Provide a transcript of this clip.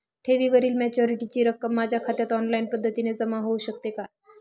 ठेवीवरील मॅच्युरिटीची रक्कम माझ्या खात्यात ऑनलाईन पद्धतीने जमा होऊ शकते का?